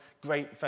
great